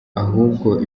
ahubwo